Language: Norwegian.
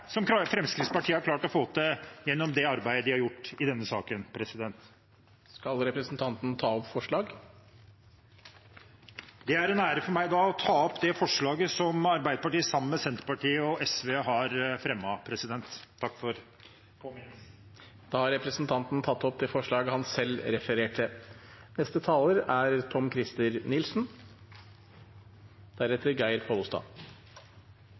som Fremskrittspartiet har klart å få til gjennom det arbeidet de har gjort i denne saken. Skal representanten ta opp forslag? Takk for påminnelsen! Det er en ære for meg å ta opp det forslaget som Arbeiderpartiet, sammen med Senterpartiet og SV, har fremmet. Da har representanten Terje Aasland tatt opp det forslaget han refererte